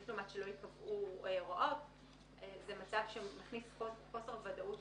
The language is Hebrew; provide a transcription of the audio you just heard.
זה מצב שמכניס חוסר ודאות